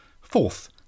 Fourth